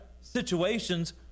situations